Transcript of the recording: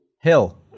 hill